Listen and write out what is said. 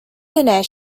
internet